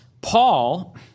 Paul